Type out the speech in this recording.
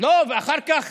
לא, ואחר כך